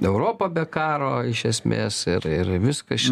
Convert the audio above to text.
europą be karo iš esmės ir ir viskas čia